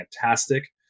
fantastic